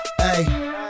ayy